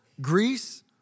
Greece